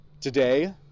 Today